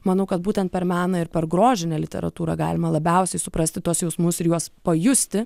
manau kad būtent per meną ir per grožinę literatūrą galima labiausiai suprasti tuos jausmus ir juos pajusti